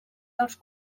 dels